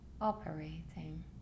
operating